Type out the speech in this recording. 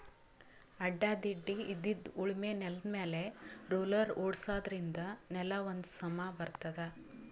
ಅಡ್ಡಾ ತಿಡ್ಡಾಇದ್ದಿದ್ ಉಳಮೆ ನೆಲ್ದಮ್ಯಾಲ್ ರೊಲ್ಲರ್ ಓಡ್ಸಾದ್ರಿನ್ದ ನೆಲಾ ಒಂದ್ ಸಮಾ ಬರ್ತದ್